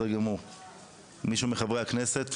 מישהו מחברי הכנסת?